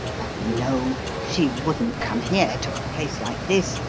but no she wouldn't come here, to a place like this,